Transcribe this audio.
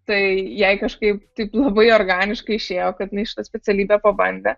tai jai kažkaip taip labai organiškai išėjo kad jinai šitą specialybę pabandė